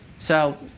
so